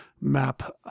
map